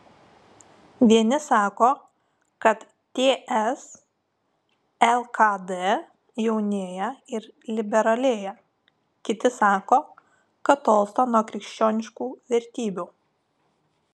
vieni sako kad ts lkd jaunėja ir liberalėja kiti sako kad tolsta nuo krikščioniškų vertybių